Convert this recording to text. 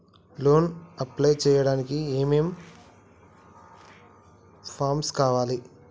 Loan apply చేయడానికి ఏం ఏం ఫామ్స్ కావాలే?